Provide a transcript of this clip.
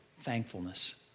thankfulness